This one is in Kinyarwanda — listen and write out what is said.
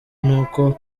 nuko